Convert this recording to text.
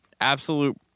absolute